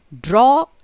Draw